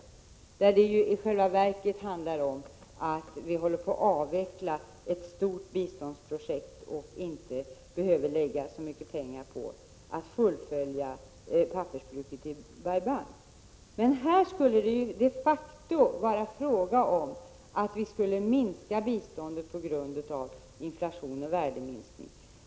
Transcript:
I själva verket handlar det där om att vi håller på att avveckla ett stort biståndsprojekt och inte behöver lägga så mycket pengar på att fullfölja pappersbruket i Bai Bang. Här skulle det de facto vara fråga om att minska biståndet på grund av inflationen.